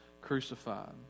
crucified